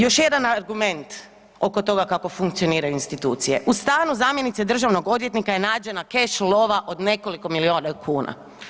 Još jedan argument oko toga kako funkcioniraju institucije, u stanu zamjenice državnog odvjetnika je nađena keš kova od nekoliko milijuna kuna.